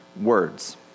Words